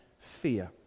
fear